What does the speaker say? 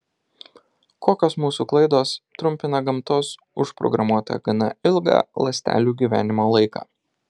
kokios mūsų klaidos trumpina gamtos užprogramuotą gana ilgą ląstelių gyvenimo laiką